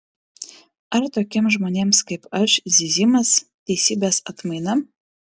ar tokiems žmonėms kaip aš zyzimas teisybės atmaina